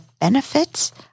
benefits